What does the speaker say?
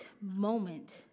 moment